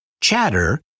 Chatter